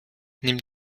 nimmt